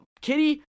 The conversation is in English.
Kitty